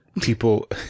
people